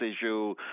issue